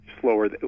slower